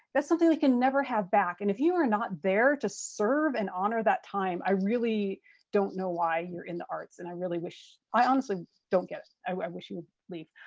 that's something we can never have back and if you are not there to serve and honor that time, i really don't know why you're in the arts and i really wish, i honestly don't get it. i wish you'd leave.